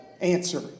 answer